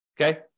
okay